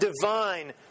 divine